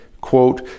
quote